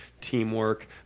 teamwork